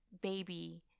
Baby